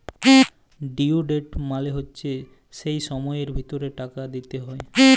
due date মালে হচ্যে যে সময়ের ভিতরে টাকা দিতে হ্যয়